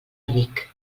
ric